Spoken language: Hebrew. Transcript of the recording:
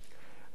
אני קורא,